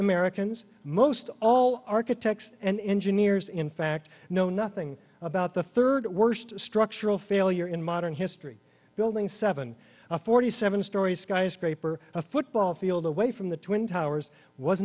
americans most all architects and engineers in fact know nothing about the third worst structural failure in modern history building seven a forty seven story skyscraper a football field away from the twin towers was